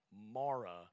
Mara